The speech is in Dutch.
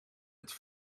het